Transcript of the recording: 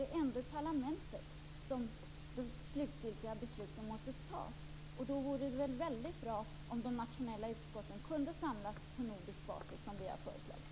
Det är i parlamentet som de slutgiltiga besluten fattas. Då vore det väldigt bra om de nationella utskotten kunde samlas på nordisk basis.